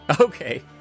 Okay